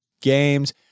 games